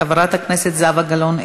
חברת הכנסת זהבה גלאון,